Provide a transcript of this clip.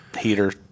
heater